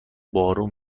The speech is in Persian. بارون